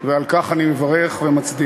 ועל כך אני מברך ומצדיק.